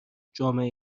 جامعه